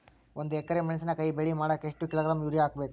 ಒಂದ್ ಎಕರೆ ಮೆಣಸಿನಕಾಯಿ ಬೆಳಿ ಮಾಡಾಕ ಎಷ್ಟ ಕಿಲೋಗ್ರಾಂ ಯೂರಿಯಾ ಹಾಕ್ಬೇಕು?